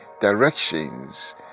directions